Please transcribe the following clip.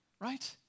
Right